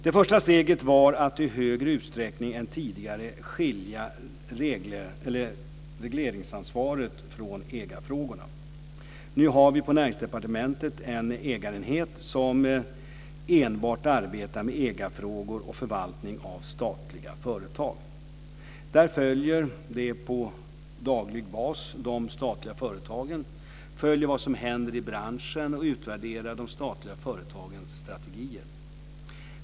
Det första steget var att i högre utsträckning än tidigare skilja regleringsansvaret från ägarfrågorna. Nu har vi på Näringsdepartementet en ägarenhet som enbart arbetar med ägarfrågor och förvaltning av statliga företag. Där följer man på daglig bas de statliga företagen, följer vad som händer i branschen och utvärderar de statliga företagens strategier.